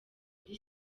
muri